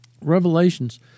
Revelations